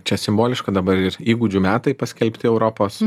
čia simboliška dabar ir įgūdžių metai paskelbti europos